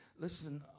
listen